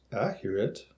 accurate